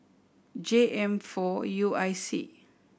J M four U I C